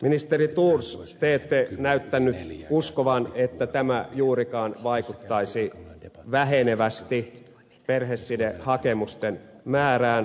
ministeri thors te ette näyttänyt uskovan että tämä juurikaan vaikuttaisi vähenevästi perhesidehakemusten määrään